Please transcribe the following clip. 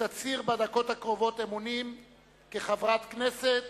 שתצהיר בדקות הקרובות אמונים כחברת הכנסת